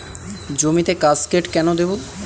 জমিতে কাসকেড কেন দেবো?